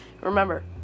Remember